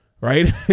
right